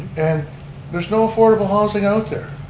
and there's no affordable housing out there.